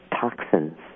toxins